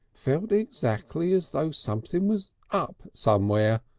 felt exactly as though something was up somewhere.